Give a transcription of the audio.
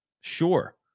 sure